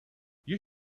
you